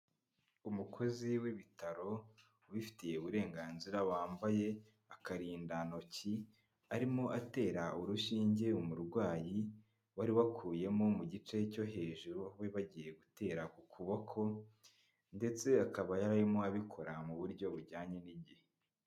Umukozi w'ibitaro, ubifitiye uburenganzira wambaye akarindantoki, arimo atera urushinge umurwayi, wari wakuyemo mu gice cyo hejuru, aho bari bagiye gutera ku kuboko ndetse akaba yarimo abikora mu buryo bujyanye n'igihe.